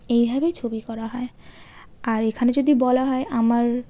এইভাবেই ছবি করা হয় আর এখানে যদি বলা হয় আমার